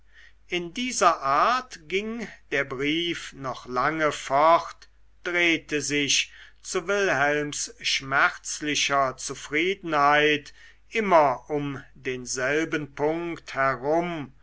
in dieser art ging der brief noch lange fort drehte sich zu wilhelms schmerzlicher zufriedenheit immer um denselben punkt herum